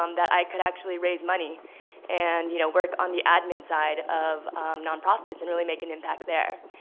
um that i could actually raise money and, you know, work on the admin side of nonprofits and really make an impact there.